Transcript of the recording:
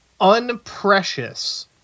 unprecious